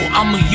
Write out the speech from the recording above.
I'ma